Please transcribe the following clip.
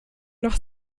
noch